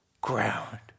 ground